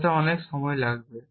তাতে অনেক সময় লাগবে